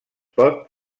pot